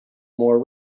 more